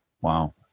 Wow